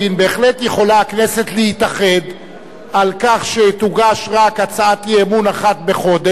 בהחלט יכולה הכנסת להתאחד על כך שתוגש רק הצעת אי-אמון אחת בחודש,